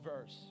verse